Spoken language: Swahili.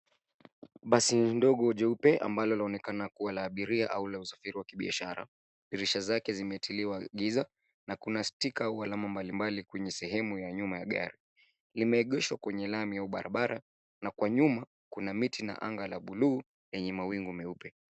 Basi ndogo jeupe ambalo laonekana kuwa la abiiria au la usafiri wa kibisashara. Dirisha zake zimetiliwa giza na kuna stika au alama mbalimbali kwenye sehemu ya nyuma ya gari. Limeegeshwa kwenye lami au barbara na kwa nyuma kuna miti na anga la buluu enye mawingu nyeupe.